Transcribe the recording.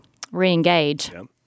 Reengage